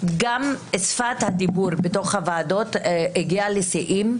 גם שפת הדיבור בתוך הוועדות הגיעה לשיאים,